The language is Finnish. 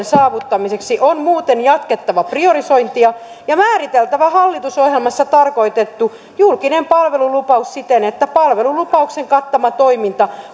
saavuttamiseksi on muuten jatkettava priorisointia ja määriteltävä hallitusohjelmassa tarkoitettu julkinen palvelulupaus siten että palvelulupauksen kattama toiminta